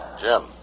Jim